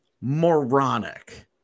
moronic